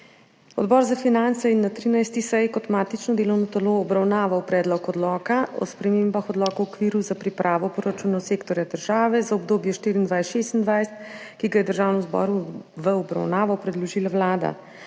Odbor za finance je na 13. seji kot matično delovno telo obravnaval Predlog odloka o spremembah Odloka o okviru za pripravo proračunov sektorja država za obdobje 2024–2026, ki ga je Državnemu zboru v obravnavo predložila Vlada.